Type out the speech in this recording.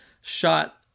shot